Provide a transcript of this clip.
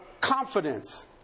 confidence